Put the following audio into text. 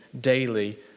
daily